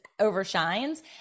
overshines